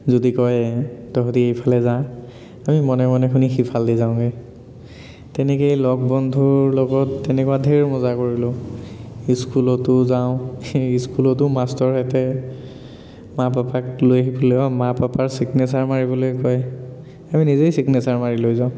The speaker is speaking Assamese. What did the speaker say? যদি কয় তহঁতি এইফালে যা আমি মনে মনে শুনি সিফালেদি যাওঁগৈ তেনেকৈ লগ বন্ধুৰ লগত তেনেকুৱা ধেৰ মজা কৰিলোঁ স্কুলতো যাওঁ স্কুলতো মাষ্টৰহেঁতে মাক পাপাক লৈ আহি পেলাই মা পাপাৰ ছিগনেচাৰ মাৰিবলৈ কয় আমি নিজেই ছিগনেচাৰ মাৰি লৈ যাওঁ